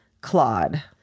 Claude